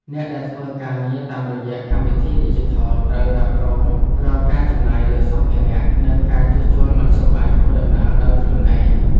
អ្នកដែលធ្វើការងារតាមរយៈកម្មវិធីឌីជីថលត្រូវរ៉ាប់រងរាល់ការចំណាយលើសម្ភារៈ និងការជួសជុលមធ្យោបាយធ្វើដំណើរដោយខ្លួនឯង។